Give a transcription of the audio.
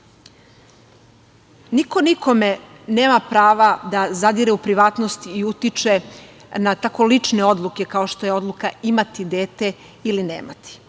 bavi. Niko nikome nema prava da zadire u privatnost i utiče na tako lične odluke, kao što je odluka imati dete ili nemati.